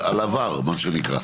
על עבר, מה שנקרא.